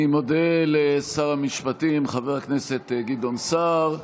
אני מודה לשר המשפטים חבר הכנסת גדעון סער,